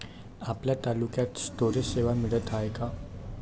आपल्या तालुक्यात स्टोरेज सेवा मिळत हाये का?